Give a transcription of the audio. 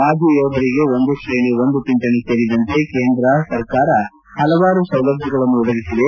ಮಾಜಿ ಯೋಧರಿಗೆ ಒಂದು ಶ್ರೇಣಿ ಒಂದು ಪಿಂಚಣಿ ಸೇರಿದಂತೆ ಕೇಂದ್ರ ಸರ್ಕಾರ ಪಲವಾರು ಸೌಲಭ್ಯಗಳನ್ನು ಒದಗಿಸಿದೆ